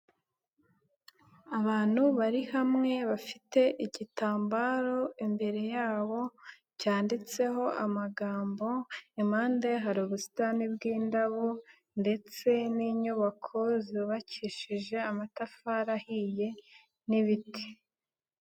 Abantu bari hamwe bafite igitambaro imbere yabo cyanditseho amagambo, impande hari ubusitani bw'indabo ndetse n'inyubako zubakishije amatafari ahiye n'ibiti.